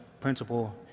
principal